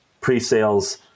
pre-sales